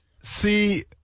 See